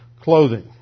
clothing